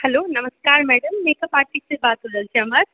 hello नमस्कार madam makeup artist सँ बात हो रहल छै हमर